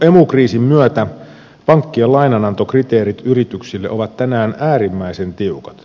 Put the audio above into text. emu kriisin myötä pankkien lainanantokriteerit yrityksille ovat tänään äärimmäisen tiukat